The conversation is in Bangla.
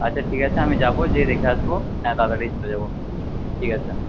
আচ্ছা ঠিক আছে আমি যাব যেয়ে দেখে আসব হ্যাঁ তাড়াতাড়িই চলে যাব ঠিক আছে